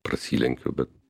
prasilenkiu bet